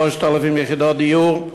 3,000 יחידות דיור,